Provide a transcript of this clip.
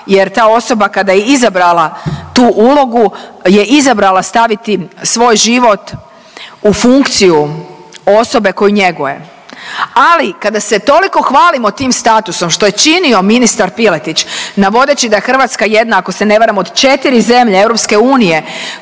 jer ta osoba kada je izabrala tu ulogu je izabrala staviti svoj život u funkciju osobe koju njeguje. Ali kada se toliko hvalimo tim statusom što je činio ministar Piletić navodeći da je Hrvatska jedna, ako se ne varam, od 4 zemlje EU